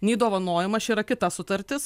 nei dovanojimas čia yra kita sutartis